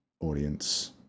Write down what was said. audience